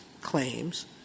claims